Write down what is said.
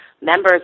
members